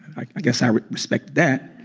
i guess i respect that